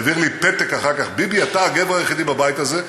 העביר לי פתק אחר כך: "ביבי אתה הגבר היחידי בבית הזה",